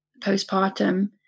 postpartum